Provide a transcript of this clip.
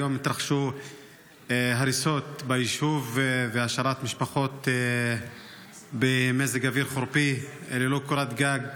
היום התרחשו הריסות והושארו משפחות במזג אוויר חורפי ללא קורת גג.